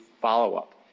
follow-up